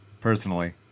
personally